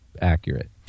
accurate